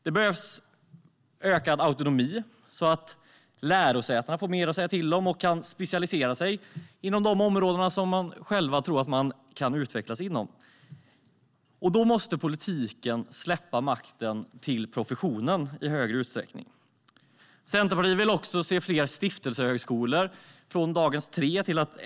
Det behövs ökad autonomi så att lärosätena får mer att säga till om och kan specialisera sig inom de områden som de själva tror att de kan utvecklas inom. Då måste politiken släppa makten till professionen i större utsträckning. Centerpartiet vill också se fler stiftelsehögskolor än dagens tre.